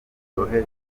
kohereza